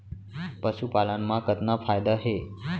पशुपालन मा कतना फायदा हे?